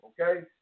okay